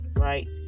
right